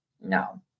No